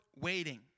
waiting